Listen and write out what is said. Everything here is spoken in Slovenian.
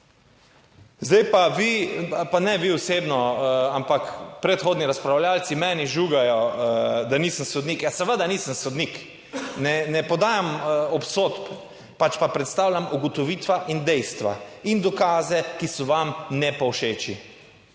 ali pa ne vi osebno, ampak predhodni razpravljavci meni žugajo, da nisem sodnik. Ja, seveda nisem sodnik, ne podajam obsodb, pač pa predstavljam ugotovitve in dejstva in dokaze, ki so vam ne povšeči.